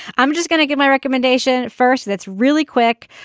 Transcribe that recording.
i'm just gonna get my recommendation first. that's really quick.